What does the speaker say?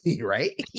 right